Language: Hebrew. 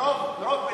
מרוב בלבול.